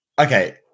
okay